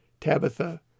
Tabitha